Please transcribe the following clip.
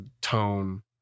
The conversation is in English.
tone